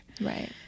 Right